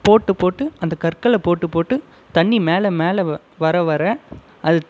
போட்டுப்போட்டு அந்த கற்களை போட்டுப்போட்டு தண்ணி மேலே மேலே வர வர அது